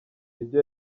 ibyo